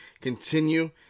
continue